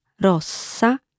rossa